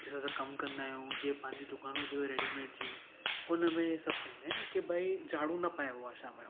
जिते असां कमु कंदा आहियूं जीअं पंहिंजी दुकानूं थी वई रेडीमेड जी हुनमें सभु चवंदा आहिनि की भाई झाड़ू न पाइबो आहे शाम जो